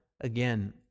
again